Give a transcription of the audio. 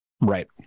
Right